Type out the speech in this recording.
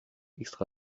extra